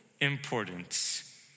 importance